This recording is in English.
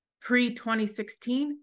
pre-2016